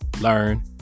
learn